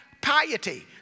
piety